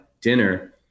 dinner